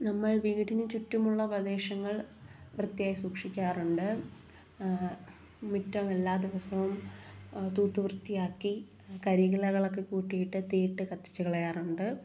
നമ്മൾ വീടിനു ചുറ്റുമുള്ള പ്രദേശങ്ങൾ വൃത്തിയായി സൂക്ഷിക്കാറുണ്ട് മുറ്റം എല്ലാ ദിവസവും തൂത്ത് വൃത്തിയാക്കി കരിയിലകളൊക്കെ കൂട്ടിയിട്ട് തീയിട്ട് കത്തിച്ച് കളയാറുണ്ട്